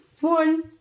One